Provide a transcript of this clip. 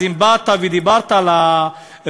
אז אם באת ודיברת על הריבית